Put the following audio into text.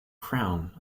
crown